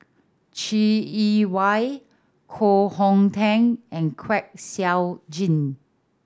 Chai Yee Wei Koh Hong Teng and Kwek Siew Jin